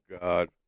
God